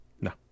No